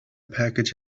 package